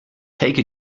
take